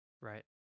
Right